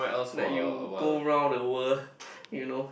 like you go round the world you know